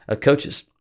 coaches